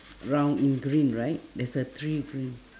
round in green right there's a three